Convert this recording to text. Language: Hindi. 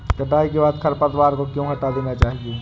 कटाई के बाद खरपतवार को क्यो हटा देना चाहिए?